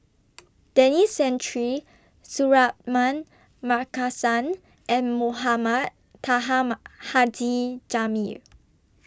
Denis Santry Suratman Markasan and Mohamed Taha Ma Haji Jamil